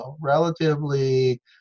relatively